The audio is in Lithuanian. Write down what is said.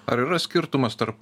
ar yra skirtumas tarp